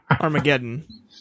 Armageddon